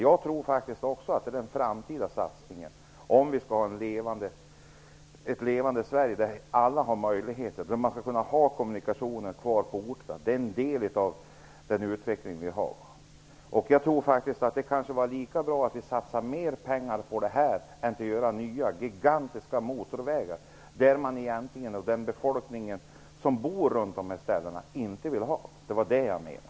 Jag tror också att det här är den framtida satsningen om vi skall ha ett levande Sverige där alla orter har möjlighet till kommunikationer. Det är en del av den utveckling vi har. Det var kanske lika bra att vi satsade mer pengar på det här än på att bygga nya gigantiska motorvägar, som den befolkning som bor runt de här platserna egentligen inte vill ha. Det var det jag menade.